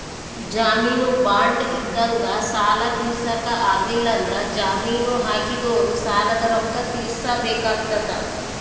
ಜಾಮೀನು ಬಾಂಡ್ ಇದ್ದಂಗ ಸಾಲ ತೀರ್ಸಕ ಆಗ್ಲಿಲ್ಲಂದ್ರ ಜಾಮೀನು ಹಾಕಿದೊರು ಸಾಲದ ರೊಕ್ಕ ತೀರ್ಸಬೆಕಾತತೆ